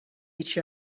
each